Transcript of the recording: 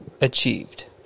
achieved